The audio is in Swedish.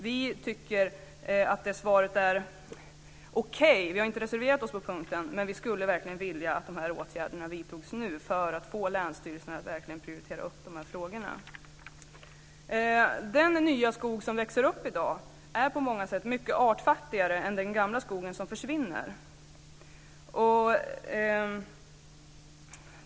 Vi tycker att det svaret är okej, vi har inte reserverat oss på punkten, men vi skulle verkligen vilja att de här åtgärderna vidtogs nu för att få länsstyrelserna att prioritera de här frågorna. Den nya skog som växer upp i dag är på många sätt mycket artfattigare än den gamla skog som försvinner.